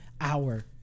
hour